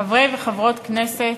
חברי וחברות הכנסת,